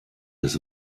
des